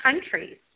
countries